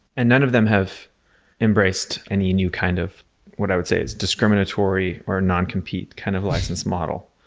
and none of them have embraced any new kind of what i would say is discriminatory or non-compete kind of license model.